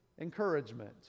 encouragement